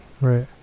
Right